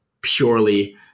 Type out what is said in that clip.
purely